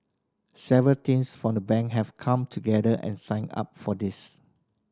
several teams from the Bank have come together and signed up for this